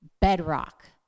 bedrock